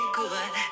good